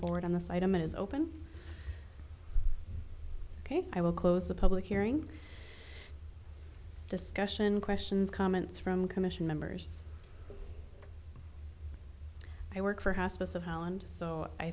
forward on this item is open ok i will close the public hearing discussion questions comments from commission members i work for hospice in holland so i